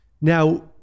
now